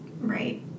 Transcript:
Right